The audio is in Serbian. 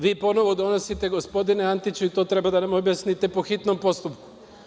Vi ponovo donosite, gospodine Antiću, i to treba da nam objasnite, po hitnom postupku.